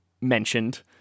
mentioned